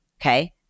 Okay